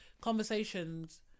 conversations